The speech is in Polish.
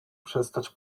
przestać